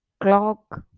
clock